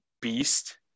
beast